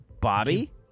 Bobby